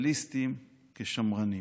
סוציאליסטים כשמרנים.